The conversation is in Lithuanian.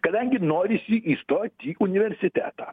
kadangi norisi įstot į universitetą